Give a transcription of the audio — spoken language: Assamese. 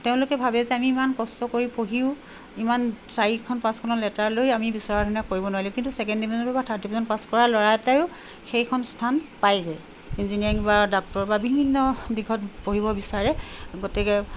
তেওঁলোকে ভাবে যে আমি ইমান কষ্ট কৰি পঢ়িও ইমান চাৰিখন পাঁচখনত লেটাৰ লৈয়ো আমি বিচৰা ধৰণে কৰিব নোৱাৰিলোঁ কিন্তু ছেকেণ্ড ডিভিজন বা থাৰ্ড ডিভিজন পাছ কৰা ল'ৰা এটায়ো সেইখন স্থান পায়গৈ ইঞ্জিনিয়াৰিং বা ডাক্টৰ বা বিভিন্ন দিশত পঢ়িব বিচাৰে গতিকে